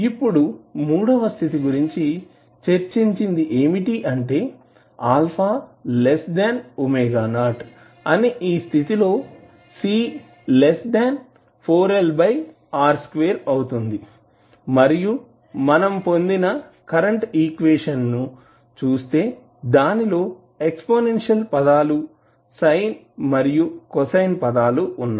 ఇప్పుడు మూడవ స్థితి గురించి చర్చించింది ఏమిటి అంటే α⍵0 అని ఈ స్థితి లో C4LR2 అవుతుంది మరియు మనం పొందిన కరెంటు ఈక్వేషన్ ని చుస్తే దానిలో ఎక్స్పోనెన్షియల్ పదాలు సైన్ మరియు కొసైన్ పదాలు వున్నాయి